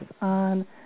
on